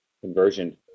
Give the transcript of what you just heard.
conversion